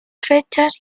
fechas